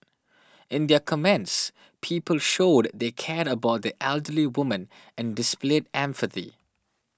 in their comments people showed they cared about the elderly woman and displayed empathy